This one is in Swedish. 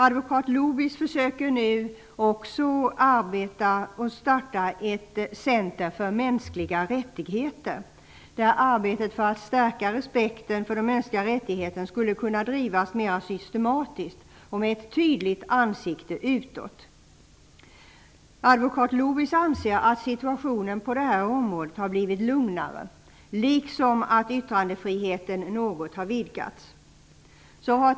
Advokat Lubis försöker nu starta ett center för mänskliga rättigheter, där arbetet för att stärka respekten för de mänskliga rättigheterna skulle kunna drivas mera systematiskt och med ett tydligt ansikte utåt. Advokat Lubis anser att situationen på det här området har blivit lugnare liksom att yttrandefriheten har vidgats något.